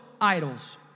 idols